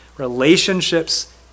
relationships